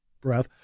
breath